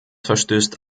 verstößt